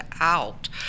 out